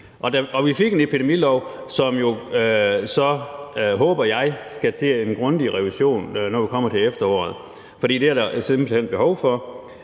vi fik en epidemilov, som jo så, håber jeg, skal til en grundig revision, når vi kommer til efteråret, for det er der simpelt hen behov for.